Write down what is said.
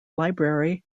library